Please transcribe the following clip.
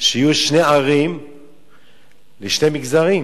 שיהיו שתי ערים לשני מגזרים.